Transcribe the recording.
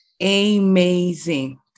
Amazing